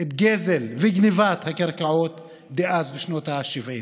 את הגזל וגנבת הקרקעות דאז, בשנות השבעים.